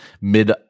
mid